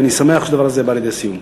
ואני שמח שהדבר הזה בא לידי סיום.